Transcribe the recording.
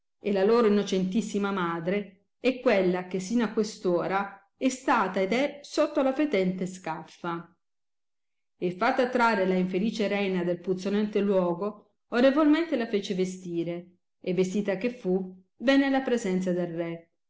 e la loro innocentissima madre è quella che sino a quest ora è stata ed è sotto la fetente scaffa e fatta trarre la infelice reina del puzzolente luogo orrevolmente la fece vestire e vestita che fu venne alla presenza del re